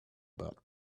about